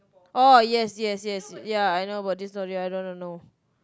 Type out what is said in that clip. oh yes yes yes ya I know about this story I don't wanna know